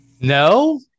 no